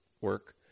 work